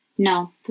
No